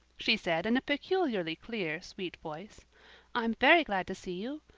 she said in a peculiarly clear, sweet voice i'm very glad to see you.